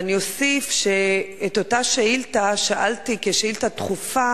אני אוסיף שאת אותה שאילתא שאלתי כשאילתא דחופה